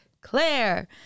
Claire